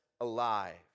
alive